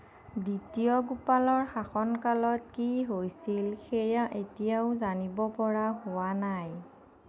দ্বিতীয় গোপালৰ শাসনকালত কি হৈছিল সেয়া এতিয়াও জানিব পৰা হোৱা নাই